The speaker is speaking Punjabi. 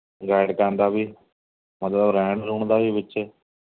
ਗਾਈਡ ਕਰਨ ਦਾ ਵੀ ਮਤਲਬ ਰਹਿਣ ਰਹੂਣ ਦਾ ਵੀ ਵਿੱਚੇ